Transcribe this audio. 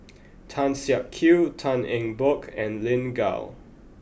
Tan Siak Kew Tan Eng Bock and Lin Gao